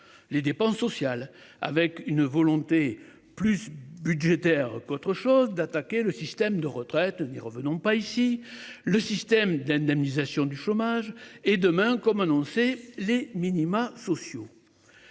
les dépenses sociales avec une volonté plus budgétaire qu'autre chose d'attaquer le système de retraite n'y revenons pas ici le système d'indemnisation du chômage et demain comme annoncé, les minima sociaux.